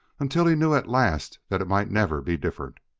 until he knew at last that it might never be different.